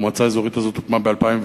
המועצה האזורית הזאת הוקמה ב-2004.